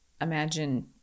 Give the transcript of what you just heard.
imagine